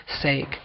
sake